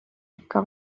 ikka